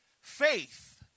Faith